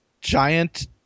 giant